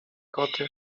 koty